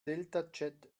deltachat